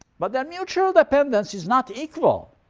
but their mutual dependence is not equal.